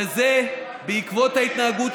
כן, אתה היית ממלכתי.